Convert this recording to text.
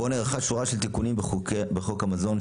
בו נערכה שורה של תיקונים בחוק המזון,